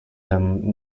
him